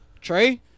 Trey